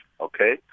okay